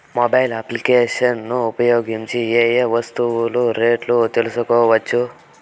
Mobile applications ను ఉపయోగించి ఏ ఏ వస్తువులు రేట్లు తెలుసుకోవచ్చును?